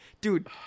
dude